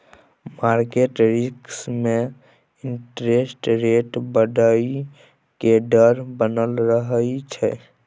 market risk में interest rate बढ़इ के डर बनल रहइ छइ